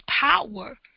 power